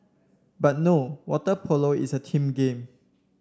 but no water polo is a team game